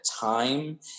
time